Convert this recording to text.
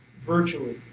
virtually